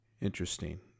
Interesting